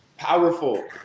Powerful